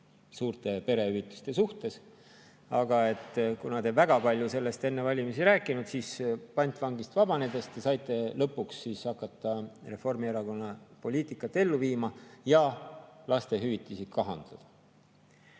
suurte perehüvitiste suhtes, aga kuna te väga palju sellest enne valimisi ei rääkinud, siis pantvangist vabanedes te saite lõpuks hakata Reformierakonna poliitikat ellu viima ja lastehüvitisi kahandama. Nüüd